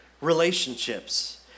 relationships